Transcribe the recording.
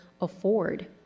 afford